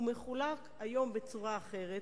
הוא מחולק היום בצורה אחרת.